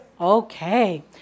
Okay